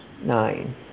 nine